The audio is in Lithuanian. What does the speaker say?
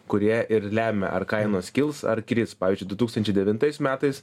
kurie ir lemia ar kainos kils ar kris pavyzdžiui du tūkstančiai devintais metais